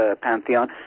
pantheon